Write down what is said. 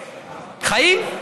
חיים.